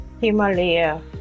Himalaya